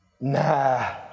nah